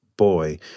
boy